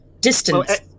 distance